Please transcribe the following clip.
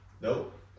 Nope